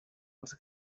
els